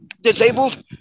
disabled